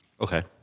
Okay